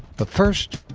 but first,